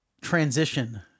transition